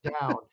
down